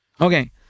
Okay